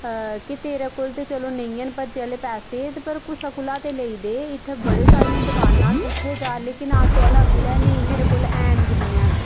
कि तेरे कोल ते चलो नेई हैन भज्जे आहले पैसे पर कुसै कोला ते लेई दे इत्थै बडियां सारियां दकानां न उत्थै जा लेकिन आटो आहला आखन लगा नेईं मेरे कोल हैन गै नेईं ना